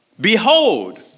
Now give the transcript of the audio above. Behold